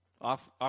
Off